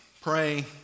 pray